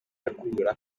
yakura